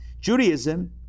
Judaism